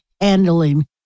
handling